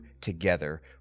together